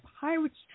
pirate's